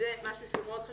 זה משהו שהוא מאוד חשוב.